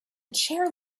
chair